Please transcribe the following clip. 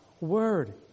word